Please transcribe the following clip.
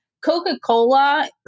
Coca-Cola